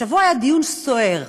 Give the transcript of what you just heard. השבוע היה דיון סוער,